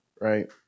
right